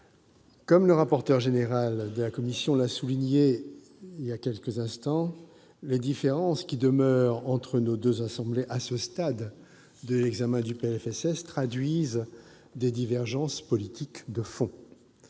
le rapporteur général l'a souligné il y a quelques instants : les différences qui demeurent entre les deux assemblées, à ce stade de l'examen du PLFSS, traduisent des divergences politiques de fond.